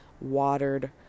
watered